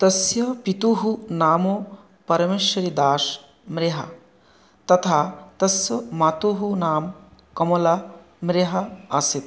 तस्य पितुः नाम् परमेश्वरीदाश् म्रेहा तथा तस्स मातुः नाम कमला म्रेहा आसीत्